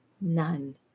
none